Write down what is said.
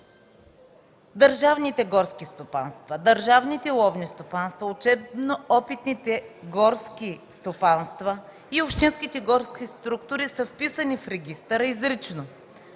държавните горски стопанства, държавните ловни стопанства, учебно-опитните горски стопанства и общинските горски структури са вписани в регистъра изрично.